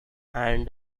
and